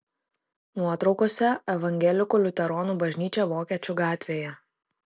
nuotraukose evangelikų liuteronų bažnyčia vokiečių gatvėje